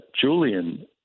Julian